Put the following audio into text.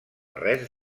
res